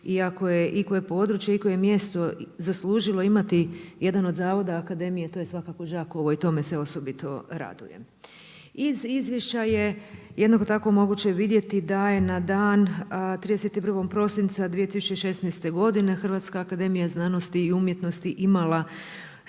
ako je i koje područje i koje mjesto zaslužilo imati jedan od zavoda akademije to je svakako Đakovo i to me se osobito raduje. Iz izvješća jednako tako moguće vidjeti da je na dan 31. prosinca 2016. godine HAZU imala 143 redovita